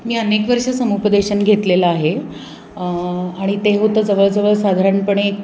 मी अनेक वर्ष समुपदेशन घेतलेलं आहे आणि ते होतं जवळजवळ साधारणपणे